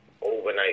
Overnight